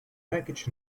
package